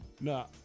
No